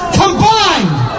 combined